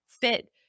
fit